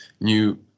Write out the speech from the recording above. new